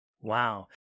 Wow